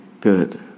good